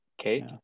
Okay